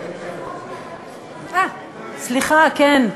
סליחה, כן,